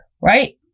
right